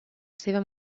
seva